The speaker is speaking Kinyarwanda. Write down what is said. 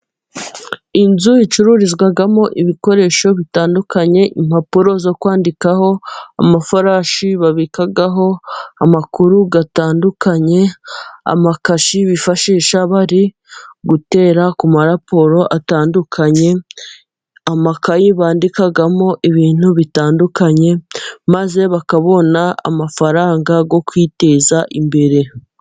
Inzu icururizwamo ibikoresho bitandukanye, impapuro zo kwandikaho, amafurashi babikaho amakuru atandukanye, amakashi bifashisha bari gutera ku ma raporo atandukanye, amakayi bandikamo ibintu bitandukanye, maze bakabona amafaranga yo kwiteza imbere.